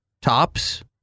tops